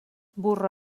burro